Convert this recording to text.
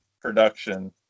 production